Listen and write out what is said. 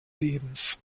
lebens